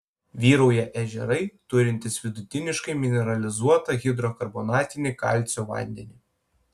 vyrauja ežerai turintys vidutiniškai mineralizuotą hidrokarbonatinį kalcio vandenį